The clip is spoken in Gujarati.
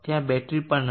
ત્યાં બેટરી પણ નથી